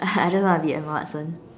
I just wanna be Emma Watson